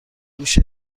هوش